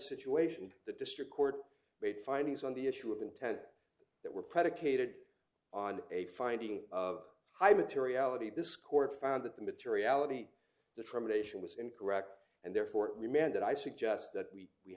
situation the district court made findings on the issue of intent that were predicated on a finding of materiality this court found that the materiality the traumatization was incorrect and therefore the man did i suggest that we we